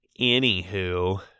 Anywho